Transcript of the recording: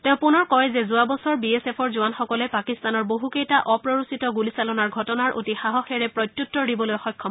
তেওঁ পুনৰ কয় যে যোৱা বছৰ বি এছ এফৰ জোৱানসকলে পাকিস্তানৰ বহুকেইটা অপ্ৰৰোচিত গুলিচালনাৰ ঘটনাৰ অতি সাহসেৰে প্ৰত্যুত্তৰ দিবলৈ সক্ষম হয়